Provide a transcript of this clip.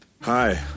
hi